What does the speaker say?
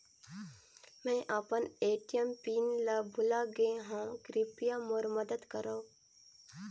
मैं अपन ATM PIN ल भुला गे हवों, कृपया मोर मदद करव